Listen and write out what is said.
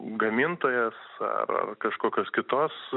gamintojas ar ar kažkokios kitos